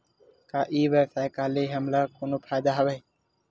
का ई व्यवसाय का ले हमला कोनो फ़ायदा हवय?